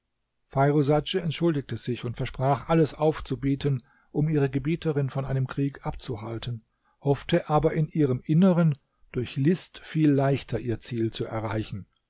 feirusadj entschuldigte sich und versprach alles aufzubieten um ihre gebieterin von einem krieg abzuhalten hoffte aber in ihrem inneren durch list viel leichter ihr ziel zu erreichen